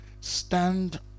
Stand